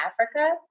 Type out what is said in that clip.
Africa